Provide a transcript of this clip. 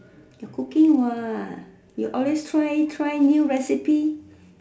your cooking what you always try try new recipe